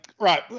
Right